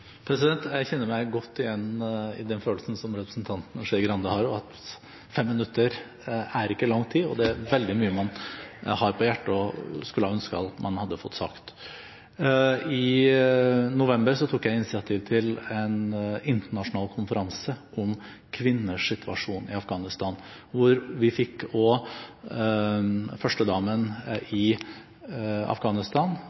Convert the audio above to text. Jeg kjenner meg godt igjen i den følelsen som representanten Skei Grande har, at fem minutter ikke er lang tid, og at det er veldig mye man har på hjertet og skulle ønske at man hadde fått sagt. I november tok jeg initiativ til en internasjonal konferanse om kvinners situasjon i Afghanistan, hvor vi også fikk førstedamen i Afghanistan,